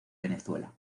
venezuela